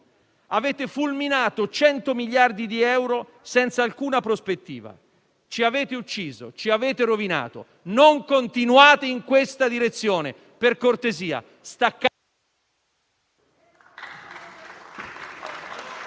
Avete fulminato 100 miliardi di euro senza alcuna prospettiva; ci avete ucciso, ci avete rovinato. Non continuate in questa direzione, per cortesia.